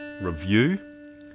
review